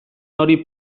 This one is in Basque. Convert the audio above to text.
hori